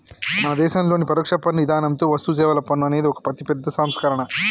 మన దేసంలోని పరొక్ష పన్ను ఇధానంతో వస్తుసేవల పన్ను అనేది ఒక అతిపెద్ద సంస్కరణ